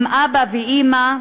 עם אבא ואימא,